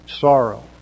sorrow